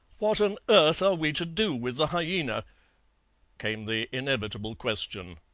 what on earth are we to do with the hyaena came the inevitable question.